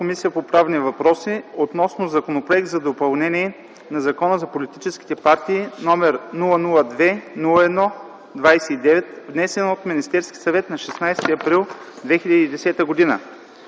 Комисията по правни въпроси относно Законопроект за допълнение на Закона за политическите партии, № 002-01-29, внесен от Министерския съвет на 16 април 2010 г.